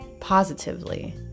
positively